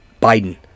Biden